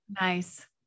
Nice